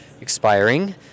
expiring